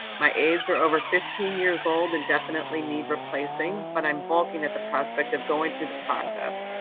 my aids are over fifteen years old and definitely need replacing, but i'm balking at the process but of going through the process.